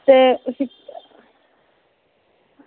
ते उसी